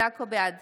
בעד